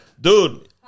dude